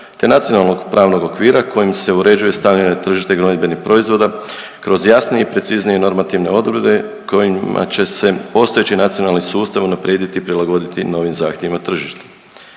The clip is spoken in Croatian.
te nacionalnog pravnog okvira kojim se uređuje stavljanje na tržište gnojidbenih proizvoda kroz jasnije i preciznije normativne odredbe kojima će se postojeći nacionalni sustav unaprijediti i prilagoditi novim zahtjevima tržišta.